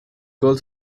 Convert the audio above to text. girls